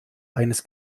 eines